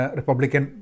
Republican